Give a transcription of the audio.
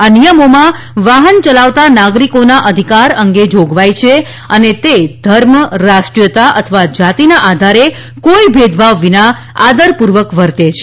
આ નિયમોમાં વાહન ચલાવતા નાગરિકોના અધિકાર અંગે જોગવાઈ છે અને તે ધર્મ રાષ્ટ્રીયતા અથવા જાતિના આધારે કોઈ ભેદભાવ વિના આદરપૂર્વક વર્તે છે